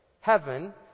heaven